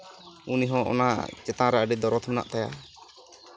ᱩᱱᱤ ᱦᱚᱸ ᱚᱱᱟ ᱪᱮᱛᱟᱱ ᱨᱮ ᱟᱹᱰᱤ ᱫᱚᱨᱚᱫ ᱢᱮᱱᱟᱜ ᱛᱟᱭᱟ